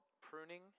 pruning